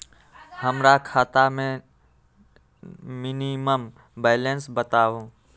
हमरा खाता में मिनिमम बैलेंस बताहु?